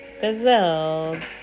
gazelles